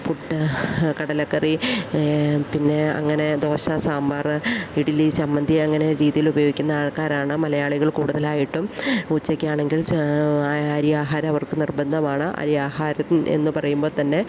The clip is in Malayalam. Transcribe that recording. പുട്ട് കടലക്കറി പിന്നെ അങ്ങനെ ദോശ സാമ്പാറ് ഇഡലി ചമ്മന്തി അങ്ങനെ രീതിയിൽ ഉപയോഗിക്കുന്ന ആൾക്കാരാണ് മലയാളികൾ കൂടുതലായിട്ടും ഉച്ചക്കാണെങ്കിൽ ചേ അരിയാഹാരം അവർക്ക് നിർബന്ധമാണ് അരിയാഹാരം എന്ന് പറയുമ്പോൾ തന്നെ